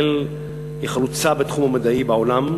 ישראל היא חלוצה בתחום המדעי בעולם.